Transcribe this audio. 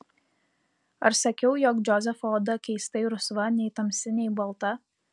ar sakiau jog džozefo oda keistai rusva nei tamsi nei balta